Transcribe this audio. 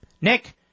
Nick